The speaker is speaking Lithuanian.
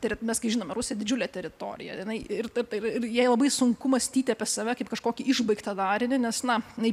tai yra mes kai žinome rusija didžiulė teritorija jinai ir taip ir jai labai sunku mąstyti apie save kaip kažkokį išbaigtą darinį nes na jinai